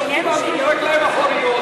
השופטים עמדו על הרגליים האחוריות.